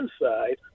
inside